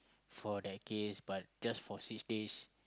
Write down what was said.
for the gays but just for six days